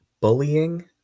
bullying